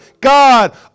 God